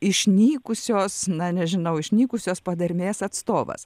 išnykusios na nežinau išnykusios padermės atstovas